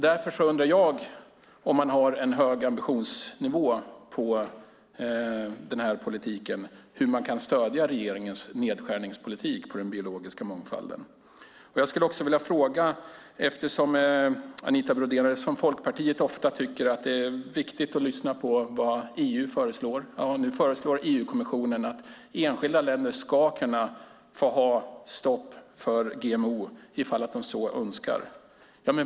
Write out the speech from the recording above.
Därför undrar jag hur man kan stödja regeringens nedskärningspolitik på den biologiska mångfaldens område om man har en hög ambitionsnivå. Anita Brodén och Folkpartiet tycker ofta att det är viktigt att lyssna på vad EU föreslår. Nu föreslår EU-kommissionen att enskilda länder ska kunna ha stopp för GMO ifall att de så önskar.